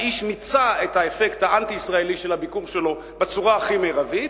האיש מיצה את האפקט האנטי-ישראלי של הביקור שלו בצורה מרבית,